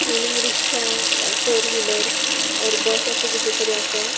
meaning रिक्षा four wheeler or bus अशें कितें तरी आसा